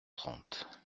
trente